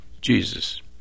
Jesus